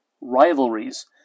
rivalries